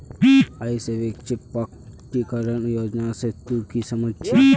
आइर स्वैच्छिक प्रकटीकरण योजना से तू की समझ छि